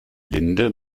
linde